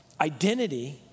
Identity